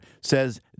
says